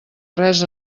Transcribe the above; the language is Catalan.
res